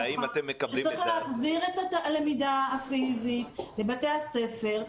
שצריך להחזיר את הלמידה הפיזית לבתי הספר,